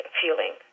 feeling